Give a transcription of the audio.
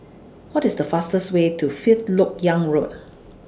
What IS The fastest Way to Fifth Lok Yang Road